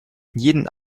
jeden